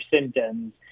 symptoms